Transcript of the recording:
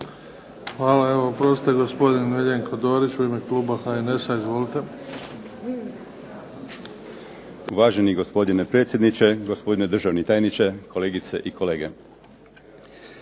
Hvala. Oprostite. Gospodin Miljenko Dorić u ime kluba HNS-a. Izvolite. **Dorić, Miljenko (HNS)** Uvaženi gospodine predsjedniče, gospodine državni tajniče, kolegice i kolege.